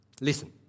Listen